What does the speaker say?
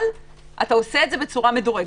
אבל אתה עושה את זה בצורה מדורגת.